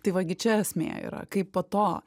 tai va gi čia esmė yra kaip po to